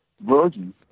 Virgin